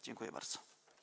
Dziękuję bardzo.